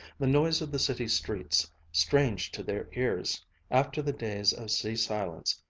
the noise of the city streets, strange to their ears after the days of sea silence,